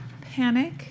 panic